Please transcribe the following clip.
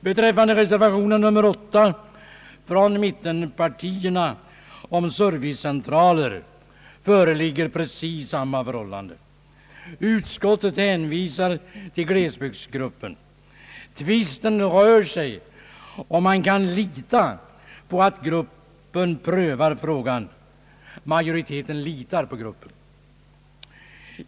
Beträffande reservation nr 8 från mittenpartierna rörande servicecentraler föreligger precis samma förhållande. Utskottet hänvisar till glesbygdsgruppen. Tvisten rör sig om huruvida man kan lita på att gruppen prövar frågan. Majoriteten litar på gruppen.